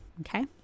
Okay